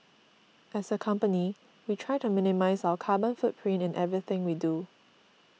as a company we try to minimise our carbon footprint in everything we do